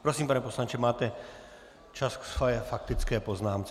Prosím, pane poslanče, máte čas ke své faktické poznámce.